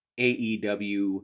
AEW